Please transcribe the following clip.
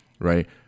Right